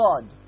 God